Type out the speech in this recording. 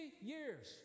years